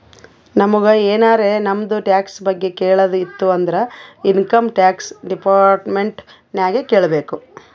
ನಮುಗ್ ಎನಾರೇ ನಮ್ದು ಟ್ಯಾಕ್ಸ್ ಬಗ್ಗೆ ಕೇಳದ್ ಇತ್ತು ಅಂದುರ್ ಇನ್ಕಮ್ ಟ್ಯಾಕ್ಸ್ ಡಿಪಾರ್ಟ್ಮೆಂಟ್ ನಾಗೆ ಕೇಳ್ಬೇಕ್